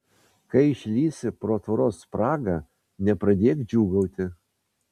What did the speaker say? kai išlįsi pro tvoros spragą nepradėk džiūgauti